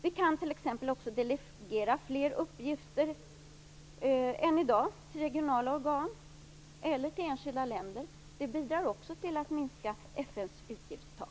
Vi kan t.ex. också delegera fler uppgifter än i dag till regionala organ eller till enskilda länder. Även det bidrar till att minska FN:s utgifter.